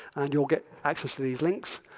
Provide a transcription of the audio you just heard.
and you'll get access to these links.